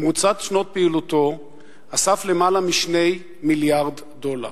במרוצת שנות פעילותו אסף למעלה מ-2 מיליארד דולר.